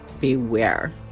beware